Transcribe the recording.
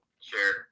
Sure